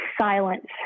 silence